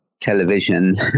television